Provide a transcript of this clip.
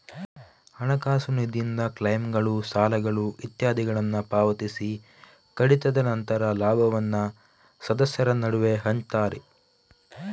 ಹಣಕಾಸು ನಿಧಿಯಿಂದ ಕ್ಲೈಮ್ಗಳು, ಸಾಲಗಳು ಇತ್ಯಾದಿಗಳನ್ನ ಪಾವತಿಸಿ ಕಡಿತದ ನಂತರ ಲಾಭವನ್ನ ಸದಸ್ಯರ ನಡುವೆ ಹಂಚ್ತಾರೆ